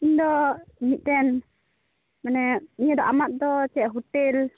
ᱤᱧᱫᱚ ᱢᱤᱫᱴᱮᱱ ᱢᱟᱱᱮ ᱱᱤᱭᱟᱹ ᱫᱚ ᱟᱢᱟᱜ ᱫᱚ ᱪᱮᱫ ᱦᱳᱴᱮᱞ